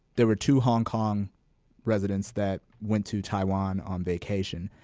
there were two hong kong residents that went to taiwan on vacation,